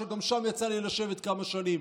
שגם שם יצא לי לשבת כמה שנים,